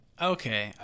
Okay